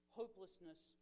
hopelessness